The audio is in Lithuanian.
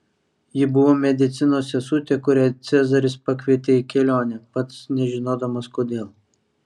ji buvo medicinos sesutė kurią cezaris pakvietė į kelionę pats nežinodamas kodėl